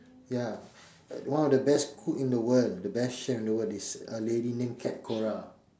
ya uh one of the best cook in the world the best chef in the world is a lady named cat-cora